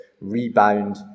rebound